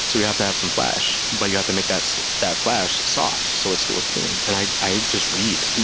we have to have some flash, but you have to make that so that flash soft so it's still appealing. and i i just read.